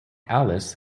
alice